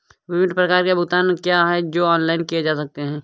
विभिन्न प्रकार के भुगतान क्या हैं जो ऑनलाइन किए जा सकते हैं?